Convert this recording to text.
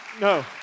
No